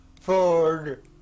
Ford